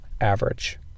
average